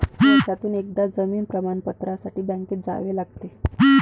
वर्षातून एकदा जीवन प्रमाणपत्रासाठी बँकेत जावे लागते